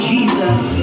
Jesus